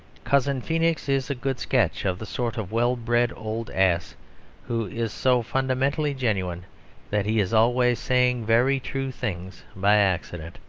cousin feenix is a good sketch of the sort of well-bred old ass who is so fundamentally genuine that he is always saying very true things by accident.